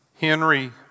Henry